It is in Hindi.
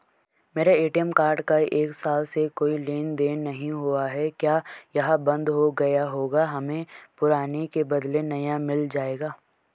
मेरा ए.टी.एम कार्ड का एक साल से कोई लेन देन नहीं हुआ है क्या यह बन्द हो गया होगा हमें पुराने के बदलें नया मिल जाएगा?